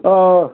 ஓ ஓ